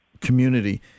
community